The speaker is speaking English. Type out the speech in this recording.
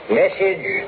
message